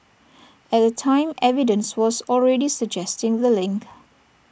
at the time evidence was already suggesting the link